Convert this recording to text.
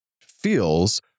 feels